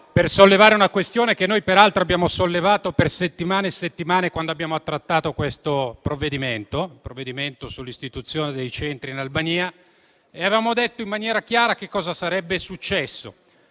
per sollevare una questione che noi, peraltro, abbiamo sollevato per settimane quando abbiamo trattato il provvedimento sull'istituzione dei centri in Albania. Noi avevamo detto in maniera chiara che cosa sarebbe successo,